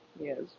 yes